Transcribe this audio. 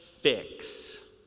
fix